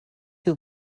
you